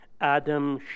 Adam